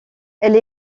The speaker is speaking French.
elle